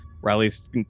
Riley's